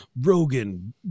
Rogan